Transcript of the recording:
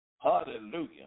Hallelujah